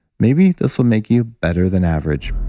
maybe this will make you better than average.